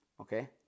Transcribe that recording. okay